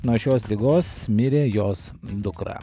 nuo šios ligos mirė jos dukra